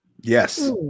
Yes